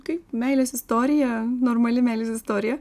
kaip meilės istorija normali meilės istorija